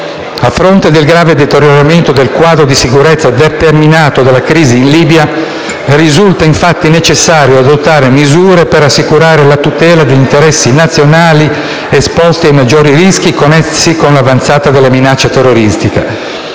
A fronte del grave deterioramento del quadro di sicurezza determinato dalla crisi in Libia risulta, infatti, necessario adottare misure per assicurare la tutela degli interessi nazionali esposti ai maggiori rischi connessi con l'avanzata della minaccia terroristica.